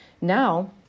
Now